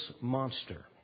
monster